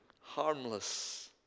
harmless